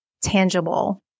tangible